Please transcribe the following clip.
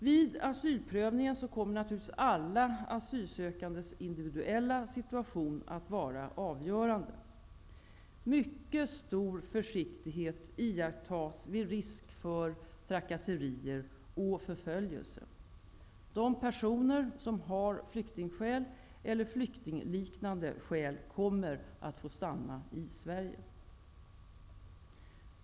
Vid asylprövningen kommer naturligtvis alla asylsökandes individuella situation att vara avgörande. Mycket stor försiktighet iakttas vid risk för trakasserier och förföljelse. De personer som har flyktingskäl eller flyktingliknande skäl kommer att få stanna i Sverige.